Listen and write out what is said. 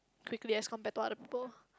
quickly as compared to other people